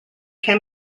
can